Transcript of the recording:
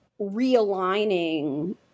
realigning